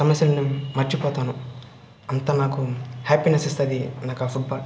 సమస్యల్నీ మర్చిపోతాను అంత నాకు హ్యాపీనెస్ ఇస్తుంది నాకా ఫుట్బాల్